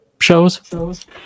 shows